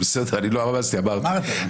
לא רמזתי, אמרתי.